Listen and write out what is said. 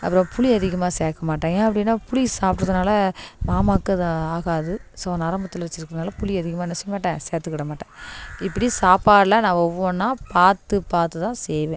அப்புறோம் புளி அதிகமாக சேர்க்க மாட்டேன் ஏன் அப்படின்னா புளி சாப்பிட்றதுனால மாமாக்கு அது ஆகாது ஸோ நரம்பு தளர்ச்சி இருக்கிறதுனால புளி அதிகமாக என்ன செய்ய மாட்டேன் சேர்த்துக்கிட மாட்டேன் இப்படி சாப்பாடெலாம் நான் ஒவ்வொன்றா பார்த்து பார்த்து தான் செய்வேன்